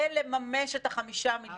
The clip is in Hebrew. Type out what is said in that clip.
כדי לממש את ה-5 מיליארד